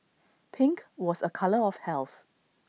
pink was A colour of health